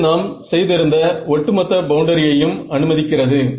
இது நாம் செய்து இருந்த ஒட்டு மொத்த பவுண்டரியையும் அனுமதிக்கிறது